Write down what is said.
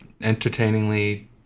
entertainingly